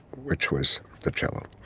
which was the cello